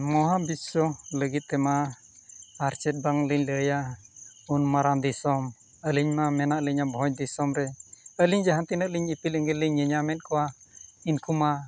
ᱢᱚᱦᱟ ᱵᱤᱥᱥᱚ ᱞᱟᱹᱜᱤᱫ ᱛᱮᱢᱟ ᱟᱨ ᱪᱮᱫ ᱵᱟᱝᱞᱤᱧ ᱞᱟᱹᱭᱟ ᱩᱱ ᱢᱟᱨᱟᱝ ᱫᱤᱥᱚᱢ ᱟᱹᱞᱤᱧ ᱢᱟ ᱢᱮᱱᱟᱜ ᱞᱤᱧᱟ ᱵᱷᱚᱸᱡᱽ ᱫᱤᱥᱚᱢ ᱨᱮ ᱟᱹᱞᱤᱧ ᱡᱟᱦᱟᱸ ᱛᱤᱱᱟᱹᱜ ᱞᱤᱧ ᱤᱯᱤᱞ ᱮᱸᱜᱮᱞ ᱧᱮᱧᱟᱢᱮᱫ ᱠᱚᱣᱟ ᱤᱱᱠᱩ ᱢᱟ